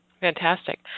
Fantastic